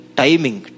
timing